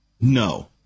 No